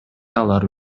алар